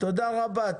תודה רבה.